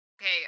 Okay